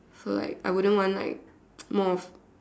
so I I wouldn't want like more of